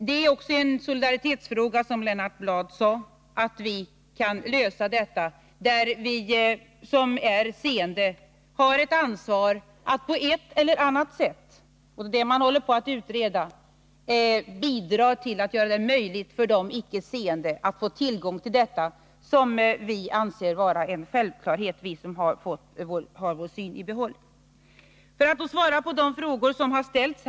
Det är också en fråga om solidaritet, som Lennart Bladh sade, att vi kan lösa detta problem. Vi som är seende har ett ansvar för att på ett eller annat sätt — och det är det man håller på att utreda — bidra till att göra det möjligt för de icke seeende att få tillgång till det som vi som har vår syn i behåll anser vara en självklarhet. Jag skall nu svara på de frågor som har ställts.